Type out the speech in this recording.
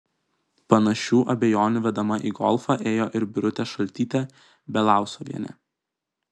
panašių abejonių vedama į golfą ėjo ir birutė šaltytė belousovienė